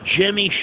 Jimmy